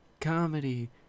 Comedy